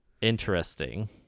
Interesting